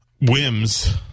whims